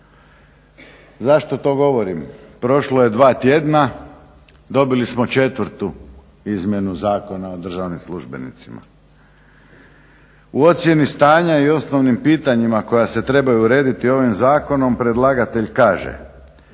Zašto to govorim? Prošlo je dva tjedna, dobili smo četvrtu izmjenu Zakona o državnim službenicima. U ocjeni stanja i osnovnim pitanjima koja se trebaju urediti ovim zakonom predlagatelj kaže